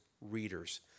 readers